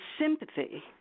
sympathy